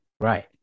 Right